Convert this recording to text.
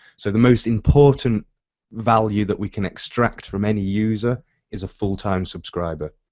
so the most important value that we can extract from any user is a full time subscriber.